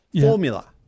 formula